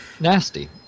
Nasty